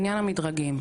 עניין המדרגים.